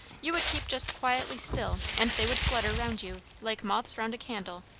you would keep just quietly still, and they would flutter round you, like moths round a candle,